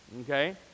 okay